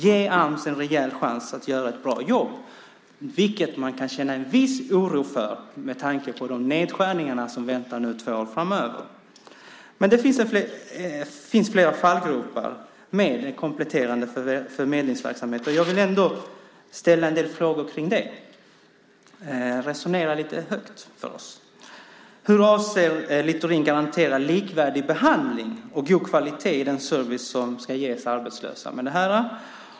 Ge Ams en rejäl chans att göra ett bra jobb! Det kan man känna en viss oro för med tanke på de nedskärningar som väntar två år framöver. Men det finns flera fallgropar med en kompletterande förmedlingsverksamhet. Jag vill ändå ställa en del frågor kring det, resonera lite högt. Hur avser Littorin att garantera likvärdig behandling och god kvalitet när det gäller den service som ska ges arbetslösa?